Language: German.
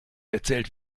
erzählt